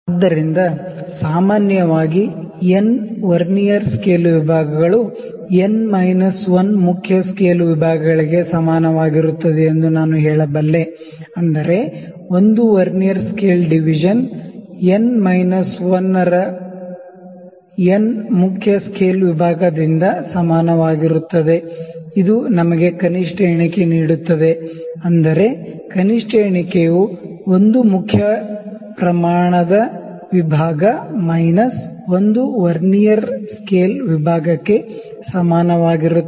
ಆದ್ದರಿಂದ ಸಾಮಾನ್ಯವಾಗಿ n vernier scale ವಿಭಾಗಗಳು n ಮೈನಸ್ 1 ಮೇನ್ ಸ್ಕೇಲ್ ವಿಭಾಗಗಳಿಗೆ ಸಮಾನವಾಗಿರುತ್ತದೆ ಎಂದು ನಾನು ಹೇಳಬಲ್ಲೆ ಅಂದರೆ 1 vernier scale division n minus 1 ರ n ಮುಖ್ಯ ಸ್ಕೇಲ್ ವಿಭಾಗದಿಂದ ಸಮಾನವಾಗಿರುತ್ತದೆ ಇದು ನಮಗೆ ಲೀಸ್ಟ್ ಕೌಂಟ್ ನೀಡುತ್ತದೆ ಅಂದರೆ ಲೀಸ್ಟ್ ಕೌಂಟ್ ಯು 1 ಮೇನ್ ಸ್ಕೇಲ್ ದ ವಿಭಾಗ ಮೈನಸ್ 1 ವರ್ನಿಯರ್ ಸ್ಕೇಲ್ ವಿಭಾಗಕ್ಕೆ ಸಮಾನವಾಗಿರುತ್ತದೆ